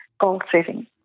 goal-setting